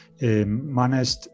managed